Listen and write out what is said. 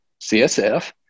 CSF